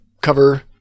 cover